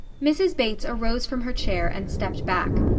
mrs. bates arose from her chair, and stepped back.